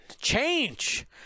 Change